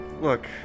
look